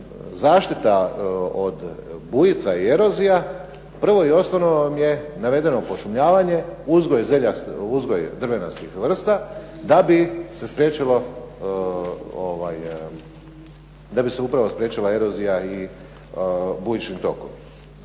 zaštita od bujica i erozija, prvo i osnovno vam je navedeno pošumljavanje, uzgoj drvenastih vrsta da bi se upravo spriječila erozija i bujični tokovi.